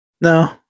no